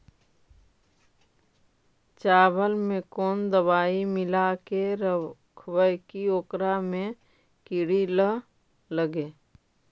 चावल में कोन दबाइ मिला के रखबै कि ओकरा में किड़ी ल लगे?